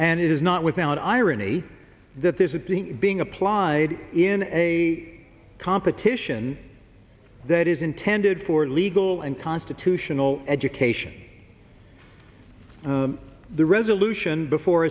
is not without irony that this is being being applied in a competition that is intended for legal and constitutional education the resolution before